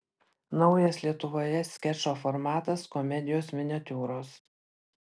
naujas lietuvoje skečo formatas komedijos miniatiūros